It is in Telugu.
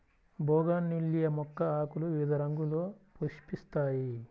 బోగాన్విల్లియ మొక్క ఆకులు వివిధ రంగుల్లో పుష్పిస్తాయి